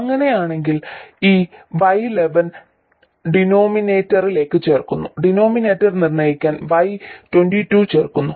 അങ്ങനെയെങ്കിൽ ഈ y11 ഡിനോമിനേറ്ററിലേക്ക് ചേർക്കുന്നു ഡിനോമിനേറ്റർ നിർണ്ണയിക്കാൻ y22 ചേർക്കുന്നു